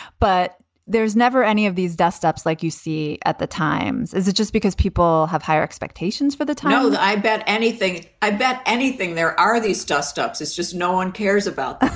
but there's never any of these dustups like you see at the times. is it just because people have higher expectations for the tainos? i bet anything. i bet anything there are these dust ups. it's just no one cares about ah